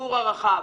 לציבור הרחב.